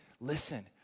listen